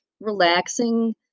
relaxing